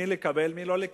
את מי לקבל ואת מי לא לקבל.